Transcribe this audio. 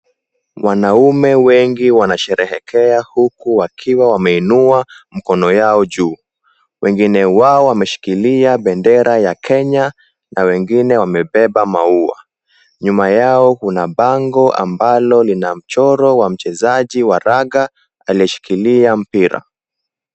Wanaume wengi wanasherehekea huku wakiwa wameinua mkono yao juu, wengine wao wameshikilia bendera ya Kenya na wengine wamebeba maua, nyuma yao kuna bango ambalo lina mchoro wa mchezaji wa raga aliyeshikilia mpira.